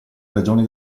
ragioni